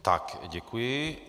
Tak, děkuji.